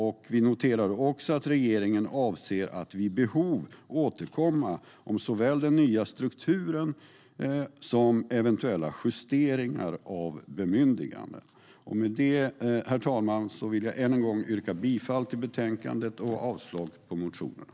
Utskottet noterar också att regeringen avser att vid behov återkomma om såväl den nya strukturen som eventuella justeringar av bemyndiganden. Med det, herr talman, vill jag än en gång yrka bifall till förslaget i betänkandet och avslag på motionerna.